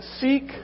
Seek